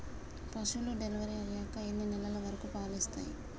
పశువులు డెలివరీ అయ్యాక ఎన్ని నెలల వరకు పాలు ఇస్తాయి?